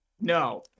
no